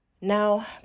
Now